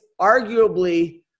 arguably